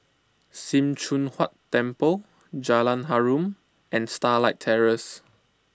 Sim Choon Huat Temple Jalan Harum and Starlight Terrace